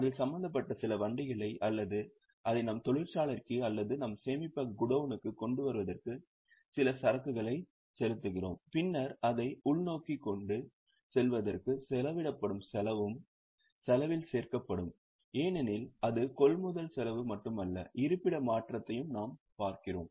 அதில் சம்பந்தப்பட்ட சில வண்டிகளை அல்லது அதை நம் தொழிற்சாலைக்கு அல்லது நம் சேமிப்பக கோடவுனுக்கு கொண்டு வருவதற்கு சில சரக்குகளை செலுத்துகிறோம் பின்னர் அதை உள்நோக்கி கொண்டு செல்வதற்கு செலவிடப்படும் செலவும் செலவில் சேர்க்கப்படும் ஏனெனில் அது கொள்முதல் செலவு மட்டுமல்ல இருப்பிட மாற்றத்தையும் நாம் பார்க்கிறோம்